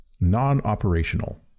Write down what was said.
non-operational